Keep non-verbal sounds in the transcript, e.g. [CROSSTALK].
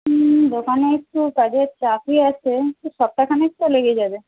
হুম দোকানে একটু কাজের চাপই আছে [UNINTELLIGIBLE] সপ্তাহখানেক তো লেগে যাবে